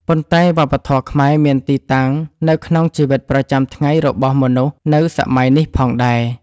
ប៉ុន្តែវប្បធម៌ខ្មែរមានទីតាំងនៅក្នុងជីវិតប្រចាំថ្ងៃរបស់មនុស្សនៅសម័យនេះផងដែរ។